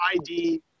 ID